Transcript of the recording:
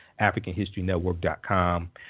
africanhistorynetwork.com